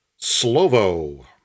Slovo